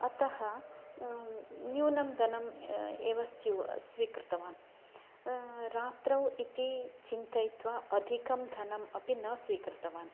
अतः न्यूनं दनम् एव स्यू स्वीकृतवान् रात्रौ इति चिन्तयित्वा अधिकं धनम् अपि न स्वीकृतवान्